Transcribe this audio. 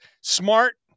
smart